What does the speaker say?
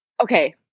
okay